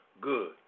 good